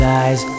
eyes